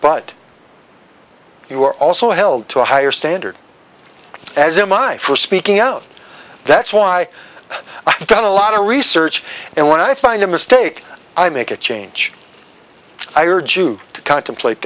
but you are also held to a higher standard as in mine for speaking out that's why i've done a lot of research and when i find a mistake i make a change i urge you to contemplate